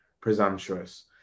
presumptuous